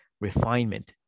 refinement